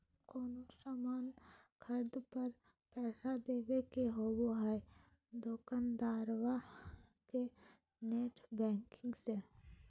कोनो सामान खर्दे पर पैसा देबे के होबो हइ दोकंदारबा के नेट बैंकिंग से